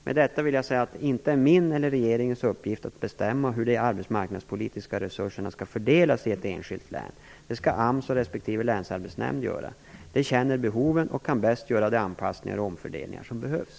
Med detta vill jag säga att det inte är min eller regeringens uppgift att bestämma hur de arbetsmarknadspolitiska resurserna skall fördelas i ett enskilt län. Det skall AMS och respektive länsarbetsnämnd göra. De känner behoven och kan bäst göra de anpassningar och omfördelningar som behövs.